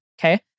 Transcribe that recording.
Okay